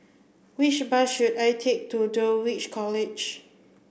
which bus should I take to Dulwich College